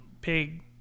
Pig